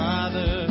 Father